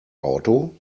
auto